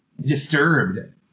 disturbed